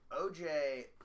OJ